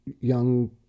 young